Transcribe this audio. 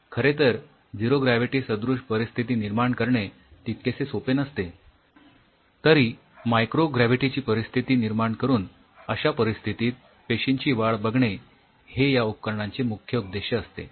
खरे तर zero gravity सदृश परिस्थिती निर्माण करणे तितकेसे सोपे नसते तरी मायक्रो ग्रॅव्हिटीची परिस्थिती निर्माण करून अश्या परिस्थितीत पेशींची वाढ बघणे या उपकरणांचे मुख्य उद्देश्य असते